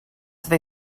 they